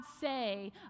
say